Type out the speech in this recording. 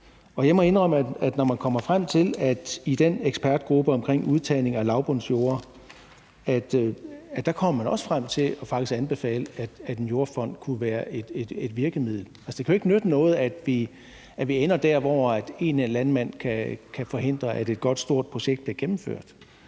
mange indsatser, der går for langsomt. I den ekspertgruppe for udtagning af lavbundsjorder kommer man også frem til faktisk at anbefale, at en jordfond kunne være et virkemiddel. Det kan ikke nytte noget, at vi ender der, hvor én landmænd kan forhindre, at et godt, stort projekt bliver gennemført.